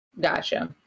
gotcha